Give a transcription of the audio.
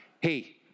Hey